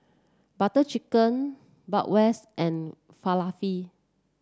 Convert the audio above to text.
Butter Chicken Bratwurst and Falafel